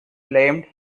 claimed